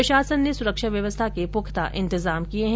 प्रशासन ने सुरक्षा व्यवस्था के पुख्ता इंतजाम किये हैं